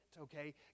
okay